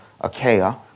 Achaia